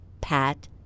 Pat